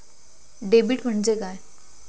Debit म्हणजे काय?